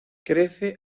crece